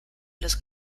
los